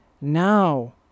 Now